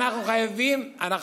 אתם רוצים לשבת עם כחול לבן?